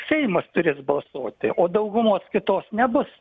seimas turės balsuoti o daugumos kitos nebus